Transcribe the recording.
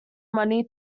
money